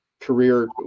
career